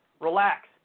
Relax